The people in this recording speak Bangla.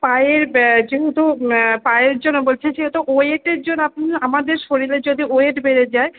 পায়ের যেহেতু পায়ের জন্য বলছেন সেহেতু ওয়েটের জন্য আমাদের শরীরের যদি ওয়েট বেড়ে যায়